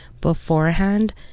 beforehand